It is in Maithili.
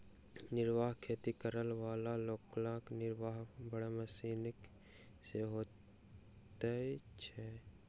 निर्वाह खेती करअ बला लोकक निर्वाह बड़ मोश्किल सॅ होइत छै